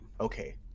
Okay